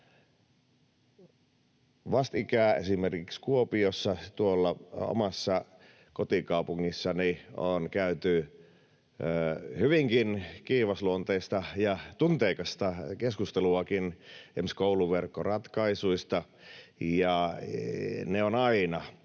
Vastikään esimerkiksi Kuopiossa, omassa kotikaupungissani, on käyty hyvinkin kiivasluonteista ja tunteikastakin keskustelua esimerkiksi kouluverkkoratkaisuista, ja ne ovat